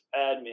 admin